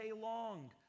long